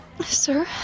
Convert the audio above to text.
Sir